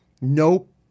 Nope